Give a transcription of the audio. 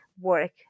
work